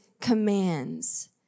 commands